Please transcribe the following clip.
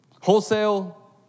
wholesale